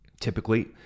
typically